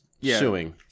suing